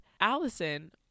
Allison